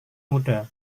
muda